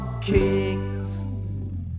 kings